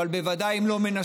אבל בוודאי אם לא מנסים,